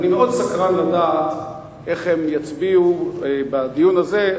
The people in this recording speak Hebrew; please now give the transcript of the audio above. אני מאוד סקרן לדעת איך הם יצביעו בדיון הזה,